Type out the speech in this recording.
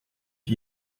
the